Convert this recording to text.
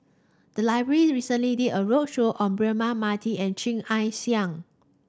the library recently did a roadshow on Braema Mathi and Chia Ann Siang